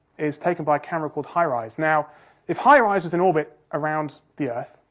is taken by a camera called high rise. now if high rise was in orbit around the earth,